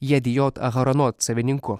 jedijot aharanot savininku